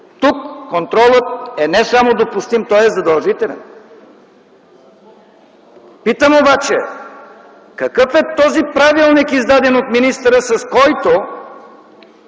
Тук контролът е не само допустим, той е задължителен. Питам обаче: какъв е този правилник, издаден от министъра, с който